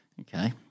Okay